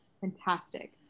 fantastic